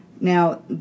Now